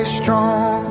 strong